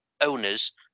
owners